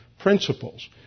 Principles